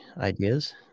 ideas